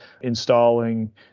installing